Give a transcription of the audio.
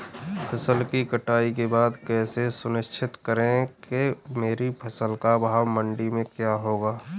फसल की कटाई के बाद कैसे सुनिश्चित करें कि मेरी फसल का भाव मंडी में क्या होगा?